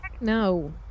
no